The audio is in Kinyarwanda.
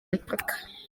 mipaka